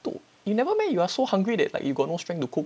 dude you've never meh you are so hungry that like you got no strength to cook